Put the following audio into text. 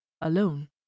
alone